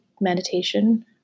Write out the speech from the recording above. meditation